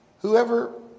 Whoever